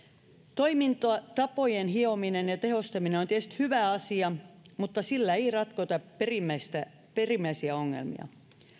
toimintatapojen hiominen ja tehostaminen on tietysti hyvä asia mutta sillä ei ratkota perimmäisiä perimmäisiä ongelmia